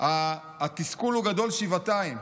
התסכול הוא גדול שבעתיים,